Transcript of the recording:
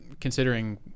considering